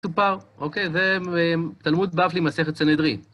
אוקיי, זה תלמוד בבלי, מסכת סנהדרין.